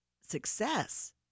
success